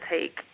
take